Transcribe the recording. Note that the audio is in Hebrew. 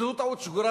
זו טעות שגורה,